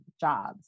jobs